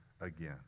again